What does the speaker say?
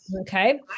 Okay